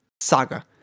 saga